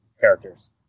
characters